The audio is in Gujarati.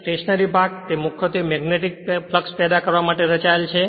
સ્ટેશનરી ભાગ તે મુખ્યત્વે મેગ્નેટીકફ્લક્ષ પેદા કરવા માટે રચાયેલ છે